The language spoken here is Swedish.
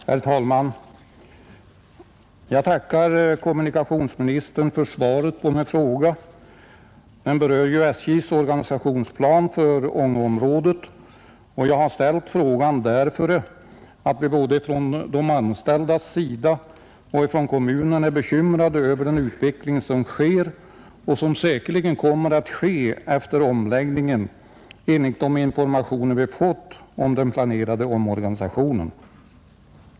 Herr talman! Jag tackar kommunikationsministern för svaret på min fråga. Den berör SJ:s organisationsplan för Ångeområdet. Jag har ställt frågan därför att vi både från de anställdas och kommunens sida är bekymrade över den utveckling som pågår — och som säkerligen kommer att gå ännu snabbare efter omläggningen, enligt de informationer som vi har fått om den planerade omorganisationen.